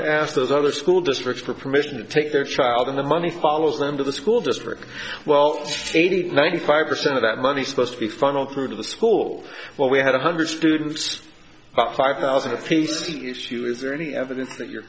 to ask those other school districts for permission to take their child and the money follows them to the school district well eighty ninety five percent of that money supposed to be funneled through to the school where we had a hundred students about five thousand apiece to the issue is there any evidence that your